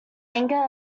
anger